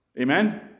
Amen